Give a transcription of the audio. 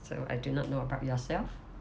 so I do not know about yourself